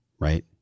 right